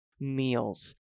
meals